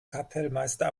kapellmeister